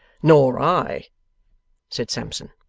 nor i said sampson.